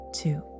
two